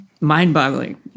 mind-boggling